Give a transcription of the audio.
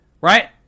Right